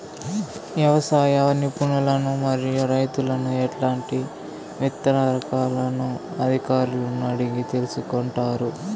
వ్యవసాయ నిపుణులను మరియు రైతులను ఎట్లాంటి విత్తన రకాలను అధికారులను అడిగి తెలుసుకొంటారు?